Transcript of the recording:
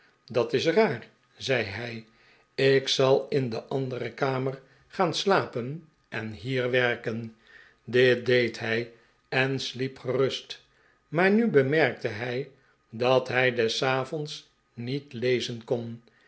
dat is raar zei hij ik zal in de andere kamer gaan slapen en hier werken dit deed hij en sliep gerust maar nu bemerkte hij dat hij des avonds niet lezen kon